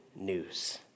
news